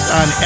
on